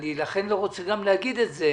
לכן אני לא רוצה גם להגיד את זה,